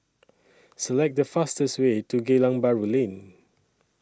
Select The fastest Way to Geylang Bahru Lane